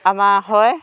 আমাৰ হয়